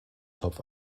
topf